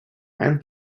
and